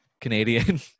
Canadian